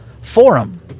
forum